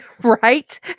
right